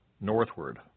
northward